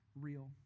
real